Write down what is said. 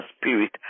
spirit